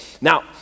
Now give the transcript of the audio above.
Now